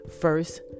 First